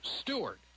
Stewart